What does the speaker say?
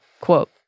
Quote